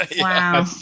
Wow